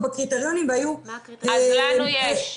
בקריטריונים והיו --- אז לנו יש,